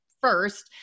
first